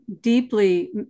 deeply